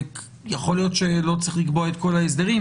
שיכול להיות שלא צריך לקבוע את כל ההסדרים,